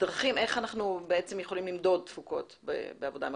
דרכים איך אנחנו יכולים למדוד תפוקות בעבודה מרחוק.